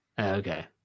Okay